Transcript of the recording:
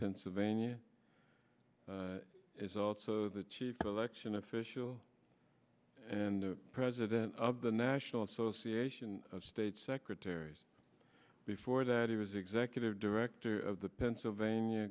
pennsylvania is also the chief election official and the president of the national association of state secretaries before that he was executive director of the pennsylvania